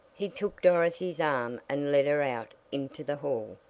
he took dorothy's arm and led her out into the hall.